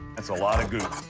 that's a lot of goop.